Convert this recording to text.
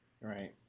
Right